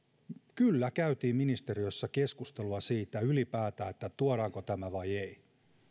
kyllä käytiin ministeriössä keskustelua siitä tuodaanko tämä ylipäätään vai ei